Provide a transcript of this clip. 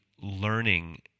learning